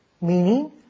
Meaning